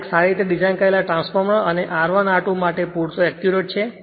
આ એક સારી રીતે ડિઝાઇન કરેલા ટ્રાન્સફોર્મર અને R1 R2 માટે પૂરતો એક્યુરેટ છે